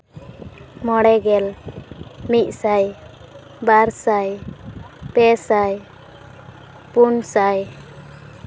ᱢᱚᱬᱮ ᱜᱮᱞ ᱢᱤᱫ ᱥᱟᱭ ᱵᱟᱨ ᱥᱟᱭ ᱯᱮ ᱥᱟᱭ ᱯᱩᱱ ᱥᱟᱭ